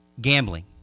gambling